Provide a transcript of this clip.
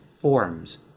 forms